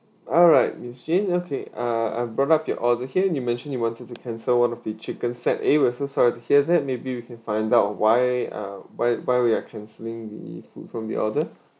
alright miss jane okay uh I've brought up your order here you mention you wanted to cancel one of the chicken set A we're so sorry to hear that maybe we can find out why uh why why we are cancelling the food from the order